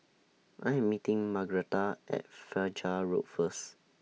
I Am meeting Margretta At Fajar Road First